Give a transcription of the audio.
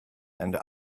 and